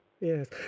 Yes